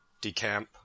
decamp